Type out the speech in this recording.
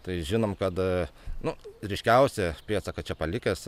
tai žinom kad nu ryškiausią pėdsaką čia palikęs